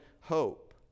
hope